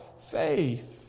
faith